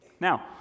Now